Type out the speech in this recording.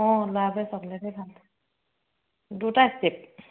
অঁ ল'ৰাটোৱে চকলেটে হে ভাল পায় দুটা ষ্টিপ